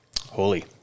holy